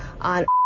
on